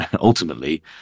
ultimately